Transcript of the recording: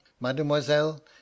Mademoiselle